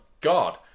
God